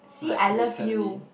see I love you